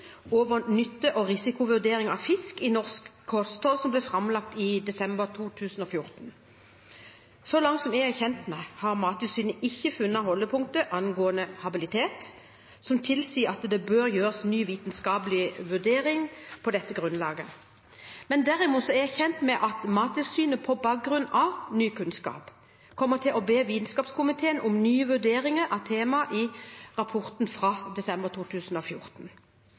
over nytte- og risikovurderinger av fisk i norsk kosthold, som ble framlagt i desember 2014. Så langt jeg kjenner til, har Mattilsynet ikke funnet holdepunkter angående habilitet som tilsier at det bør gjøres en ny vitenskapelig vurdering på dette grunnlaget. Derimot er jeg kjent med at Mattilsynet, på bakgrunn av ny kunnskap, kommer til å be Vitenskapskomiteen om nye vurderinger av temaer i rapporten fra desember 2014.